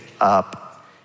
up